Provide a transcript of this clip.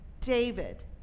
David